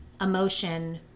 emotion